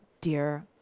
dear